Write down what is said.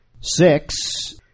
six